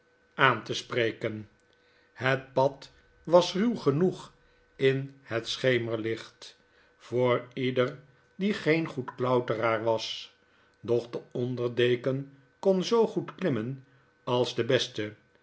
edwin drood spreken het pad was ruw genoeg inhet schemerlicht voor ieder die geen goed klauteraar was doch de onder deken kon zoo goed klimmen als de beste